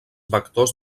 vectors